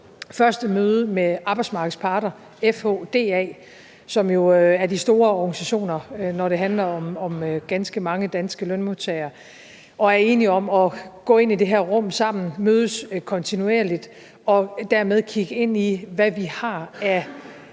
første møde med arbejdsmarkedets parter – FH og DA, som jo er de store organisationer, når det handler om ganske mange danske lønmodtagere – og de er enige om at gå ind i det her rum sammen og mødes kontinuerligt og dermed kigge ind i, hvad vi har af